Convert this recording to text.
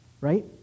right